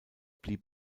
blieb